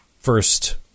first